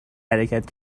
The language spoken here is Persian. حرکت